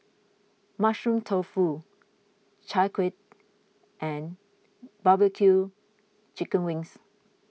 Mushroom Tofu Chai Kueh and Barbecue Chicken Wings